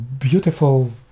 beautiful